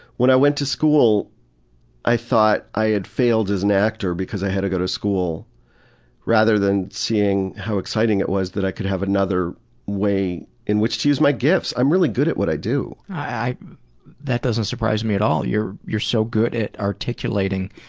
when i went to school i thought i had failed as an actor because i had to go to school rather than seeing how exciting it was that i could have another way in which to use my gifts. i'm really good at what i do! that doesn't surprise me at all! you're you're so good at articulating